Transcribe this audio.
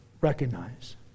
Recognize